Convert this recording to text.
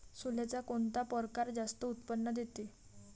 सोल्याचा कोनता परकार जास्त उत्पन्न देते?